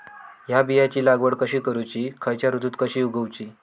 हया बियाची लागवड कशी करूची खैयच्य ऋतुत कशी उगउची?